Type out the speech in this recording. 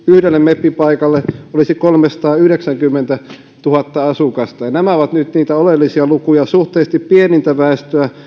yhdelle meppipaikalle olisi kolmesataayhdeksänkymmentätuhatta asukasta ja nämä ovat nyt niitä oleellisia lukuja suhteellisesti pienintä väestöä kaikista